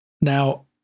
Now